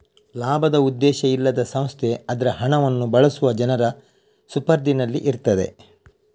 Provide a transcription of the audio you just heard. ಲಾಭದ ಉದ್ದೇಶ ಇಲ್ಲದ ಸಂಸ್ಥೆ ಅದ್ರ ಹಣವನ್ನ ಬಳಸುವ ಜನರ ಸುಪರ್ದಿನಲ್ಲಿ ಇರ್ತದೆ